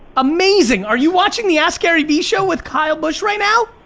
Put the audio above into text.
amazing, are you watching the ask gary vee show with kyle busch right now?